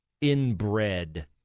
inbred